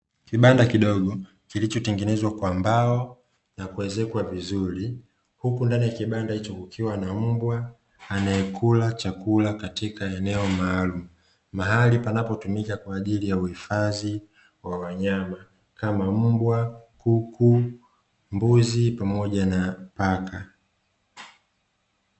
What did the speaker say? Kibanda kidogo kilichotengenezwa kwa mbao na kuezekwa vizuri, huku ndani ya kibanda hicho kukiwa na mbwa anayekula chakula katika eneo maalumu, mahali panapotumika kwa ajili ya uhifadhi wa wanyama kama:mbwa, kuku, mbuzi pamoja na paka.